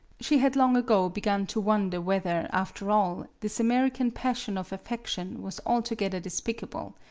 she had long ago begun to wonder whether, after all, this american passion of affection was altogether despicable.